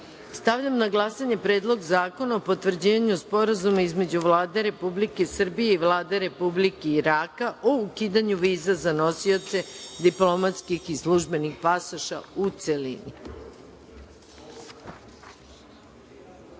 zakona. Stavljam na glasanje Predlog zakona o potvrđivanju Sporazuma između Vlade Republike Srbije i Vlade Republike Iraka o ukidanju viza za nosioce diplomatskih i službenih pasoša, u